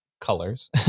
colors